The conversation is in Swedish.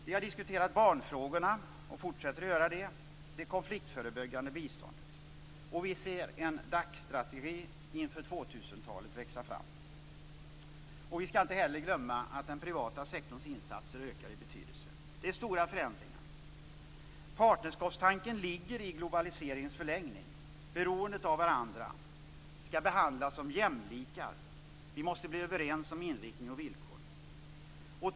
Vi har diskuterat barnfrågorna och konfliktförebyggande bistånd och fortsätter att göra det. Vi ser en DAC-strategi inför 2000-talet växa fram. Vi skall inte heller glömma att den privata sektorns insatser ökar i betydelse. Det sker stora förändringar. Partnerskapstanken ligger i globaliseringens förlängning, beroendet av varandra. Vi skall behandla varandra som jämlikar. Vi måste bli överens om inriktning och villkor.